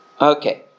Okay